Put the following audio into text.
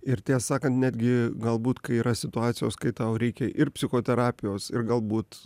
ir tiesą sakant netgi galbūt kai yra situacijos kai tau reikia ir psichoterapijos ir galbūt